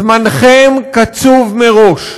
זמנכם קצוב מראש.